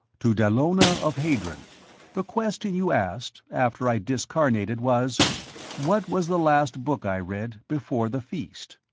to dallona of hadron the question you asked, after i discarnated, was what was the last book i read, before the feast?